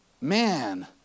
Man